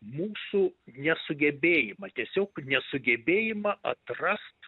mūsų nesugebėjimą tiesiog nesugebėjimą atrast